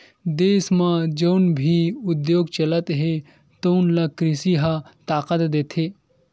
देस म जउन भी उद्योग चलत हे तउन ल कृषि ह ताकत देथे